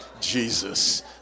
Jesus